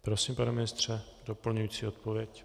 Prosím, pane ministře, doplňující odpověď.